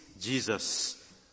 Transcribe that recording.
Jesus